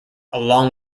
along